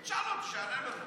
תשאל אותו, שיענה לנו.